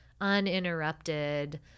uninterrupted